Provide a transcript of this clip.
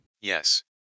Yes